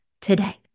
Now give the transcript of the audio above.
today